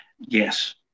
Yes